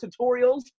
tutorials